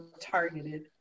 targeted